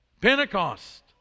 Pentecost